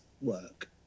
work